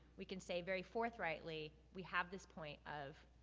we can say very forthrightly, we have this point of,